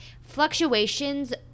fluctuations